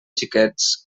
xiquets